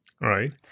right